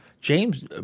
James